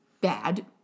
bad